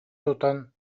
тутан